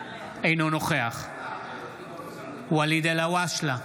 אינו נוכח ואליד אלהואשלה,